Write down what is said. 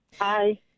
Hi